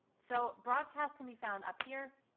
so broadcasts can be found up here.